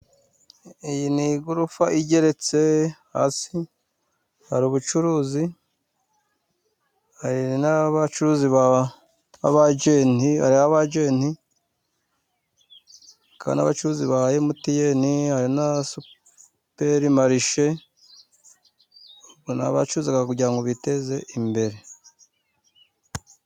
Iyi ni igorofa igeretse, hasi hari ubucuruzi hari n'abacuruzi b'abagenti, hakaba n'abacuruzi ba emutiyeni, hari na superi marishe, ubwo n'abacuruza kugirango ngo biteze imbere.